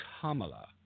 kamala